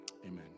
Amen